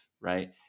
right